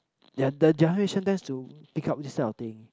their the generation tends to pick up these kind of thing